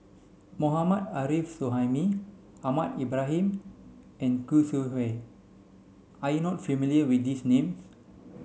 Mohammad Arif Suhaimi Ahmad Ibrahim and Khoo Sui Hoe are you not familiar with these names